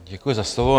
Děkuji za slovo.